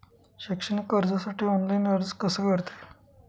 शैक्षणिक कर्जासाठी ऑनलाईन अर्ज कसा करता येईल?